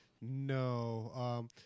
No